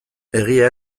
egia